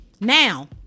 Now